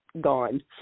gone